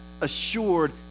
assured